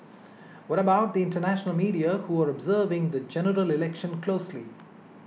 what about the international media who are observing the G E closely